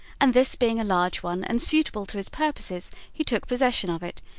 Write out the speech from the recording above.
and this being a large one and suitable to his purposes, he took possession of it,